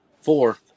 four